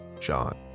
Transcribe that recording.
john